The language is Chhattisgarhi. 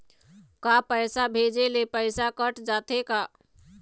का पैसा भेजे ले पैसा कट जाथे का?